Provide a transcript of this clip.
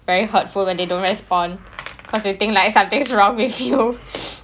very hurtful when they don't respond because they think like something's wrong with you